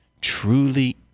truly